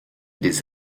des